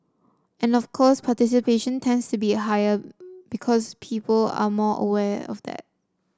and of course participation tends to be higher because people are more aware of that